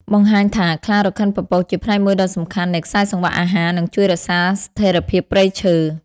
បង្ហាញថាខ្លារខិនពពកជាផ្នែកមួយដ៏សំខាន់នៃខ្សែសង្វាក់អាហារ និងជួយរក្សាស្ថិរភាពព្រៃឈើ។